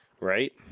right